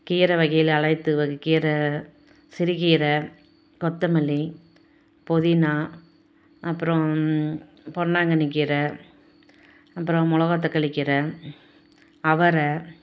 கீரை வகையில் அனைத்து வகை கீரை சிறுக்கீரை கொத்தமல்லி புதினா அப்புறம் பொன்னாங்கன்னி கீரை அப்புறம் மிளகா தக்காளி கீரை அவரை